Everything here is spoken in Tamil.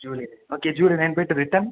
ஜூலை ஓகே ஜூலை நைன் போய்ட்டு ரிட்டன்